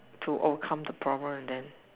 to overcome the problem and then